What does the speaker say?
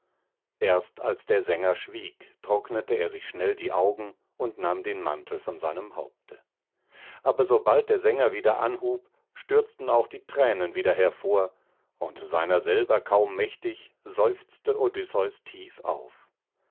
erst als der sänger schwieg trocknete er sich schnell die augen und nahm den mantel von seinem haupte aber sobald der sänger wieder anhub stürzten auch die thränen wieder hervor und seiner selber kaum mächtig seufzte odysseus tief auf